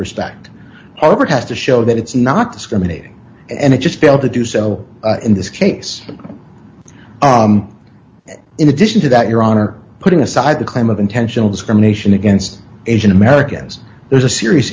respect all over has to show that it's not discriminating and it just failed to do so in this case and in addition to that your honor putting aside the claim of intentional discrimination against asian americans there's a serious